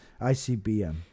ICBM